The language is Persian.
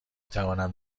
توانم